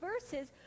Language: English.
verses